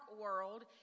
world